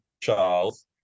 Charles